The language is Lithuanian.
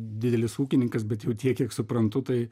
didelis ūkininkas bet jau tiek kiek suprantu tai